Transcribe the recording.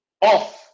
off